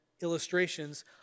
illustrations